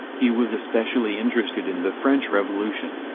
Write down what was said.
he was especially interested in the french revolution.